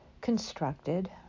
constructed